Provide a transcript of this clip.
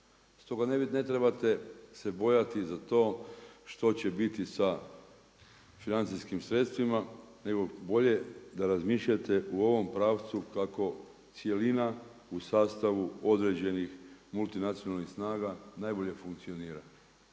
Stoga ne trebate se bojati za to što će biti sa financijskim sredstvima, nego bolje da razmišljate u ovom pravcu kako cjelina u sastavu određenih multinacionalnih snaga najbolje funkcionira.